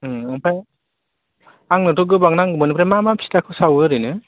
ओं ओमफ्राय आंनोथ' गोबां नांगौमोन ओमफ्राय मा मा फिथाखौ सावो ओरैनो